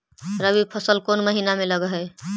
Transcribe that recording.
रबी फसल कोन महिना में लग है?